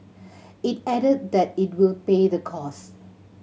it added that it will pay the costs